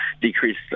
decrease